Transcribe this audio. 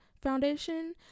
foundation